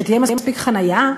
שתהיה מספיק חניה,